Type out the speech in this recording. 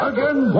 Again